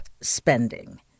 spending